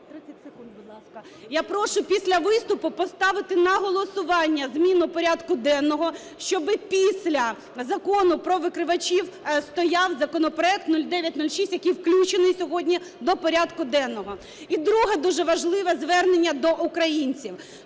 Я прошу після виступу поставити на голосування зміну порядку денного, щоби після Закону про викривачів стояв законопроект 0906, який включений сьогодні до порядку денного. І друге, дуже важливе, звернення до українців.